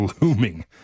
looming